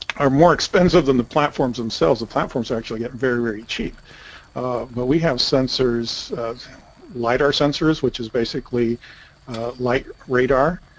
are more expensive than the platform's themselves of platforms actually get very cheap but we have sensors light our sensors which is basically like radar